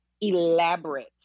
elaborate